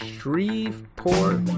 Shreveport